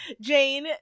jane